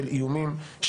של איומים,